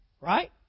Right